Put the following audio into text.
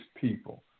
people